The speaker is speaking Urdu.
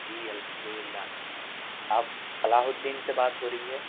جی الحمد للہ آپ فلاح الدین سے بات ہو رہی ہے